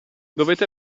dovete